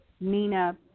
Nina